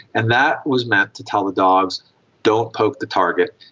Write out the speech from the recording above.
and that was meant to tell the dogs don't poke the target,